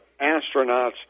astronauts